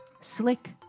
slick